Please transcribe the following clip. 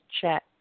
Chat